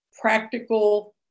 practical